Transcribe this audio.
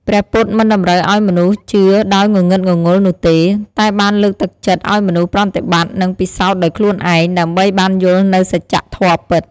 ព្រះពុទ្ធមិនតម្រូវឱ្យមនុស្សជឿដោយងងឹតងងល់នោះទេ តែបានលើកទឹកចិត្តឱ្យមនុស្សប្រតិបត្តិ និងពិសោធន៍ដោយខ្លួនឯង ដើម្បីបានយល់នូវសច្ចធម៌ពិត។